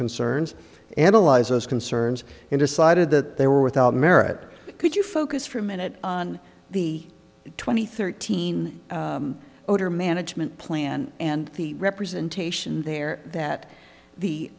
concerns analyzers concerns and decided that they were without merit could you focus for a minute on the twenty thirteen order management plan and the representation there that the